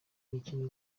mikino